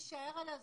תישאר על הזום.